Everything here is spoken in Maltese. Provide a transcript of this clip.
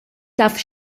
taf